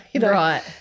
Right